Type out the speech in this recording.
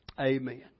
Amen